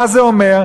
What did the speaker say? מה זה אומר?